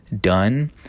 done